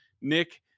Nick